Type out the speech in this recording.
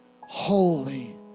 holy